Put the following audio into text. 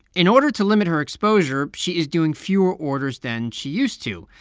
in order to limit her exposure, she is doing fewer orders than she used to.